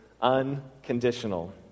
Unconditional